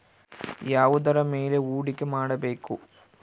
ಯಾವುದರ ಮೇಲೆ ಹೂಡಿಕೆ ಮಾಡಬೇಕು?